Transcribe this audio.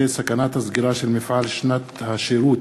סכנת הסגירה של מפעל "שנת השירות,